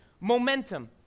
momentum